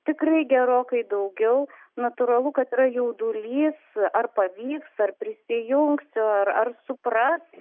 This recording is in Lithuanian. tikrai gerokai daugiau natūralu kad yra jaudulys ar pavyks ar prisijungsiu ar ar supras